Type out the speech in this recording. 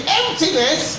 emptiness